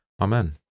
Amen